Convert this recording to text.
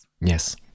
Yes